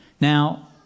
Now